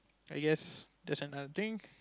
I guess that's another thing